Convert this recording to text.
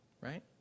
Right